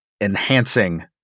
enhancing